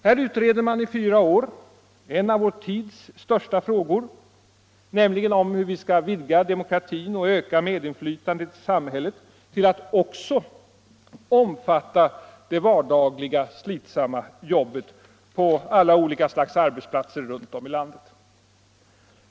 Här utreder man i fyra år en av vår tids största frågor, nämligen om hur vi skall vidga demokratin och öka medinflytandet i samhället till att också omfatta det vardagliga, slitsamma jobbet på alla olika slags arbetsplatser runt om i landet.